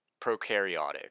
Prokaryotic